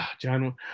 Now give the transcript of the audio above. john